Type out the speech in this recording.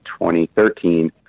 2013